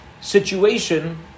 situation